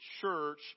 church